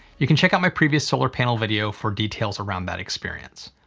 you can check out my previous solar panel video for details around that experience.